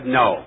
no